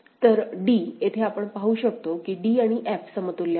तर d येथे आपण पाहू शकतो की d आणि f समतुल्य आहेत